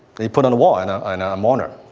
they put it on the wall, and and i'm honored.